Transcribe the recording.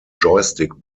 joystick